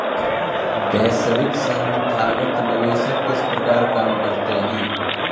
वैश्विक संथागत निवेशक किस प्रकार काम करते हैं?